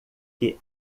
que